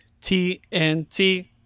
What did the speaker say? TNT